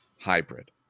hybrid